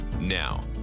now